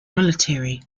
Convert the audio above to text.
military